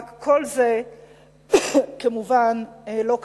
רק כל זה כמובן לא קיים,